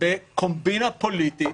בקומבינה פוליטית,